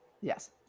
Yes